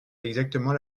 exactement